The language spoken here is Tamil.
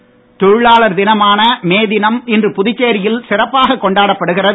மே தினம் தொழிலாளர் தினமான மே தினம் இன்று புதுச்சேரியில் சிறப்பாக கொண்டாடப்படுகிறது